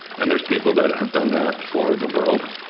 and there's people that have done that for the world.